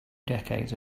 decades